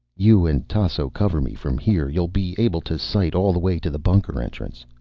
you and tasso cover me from here. you'll be able to sight all the way to the bunker entrance.